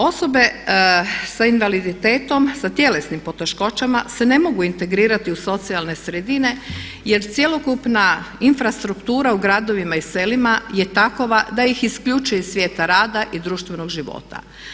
Osobe sa invaliditetom, sa tjelesnim poteškoćama se ne mogu integrirati u socijalne sredine jer cjelokupna infrastruktura u gradovima i selima je takva da ih isključe iz svijeta rada i društvenog života.